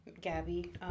Gabby